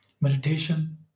meditation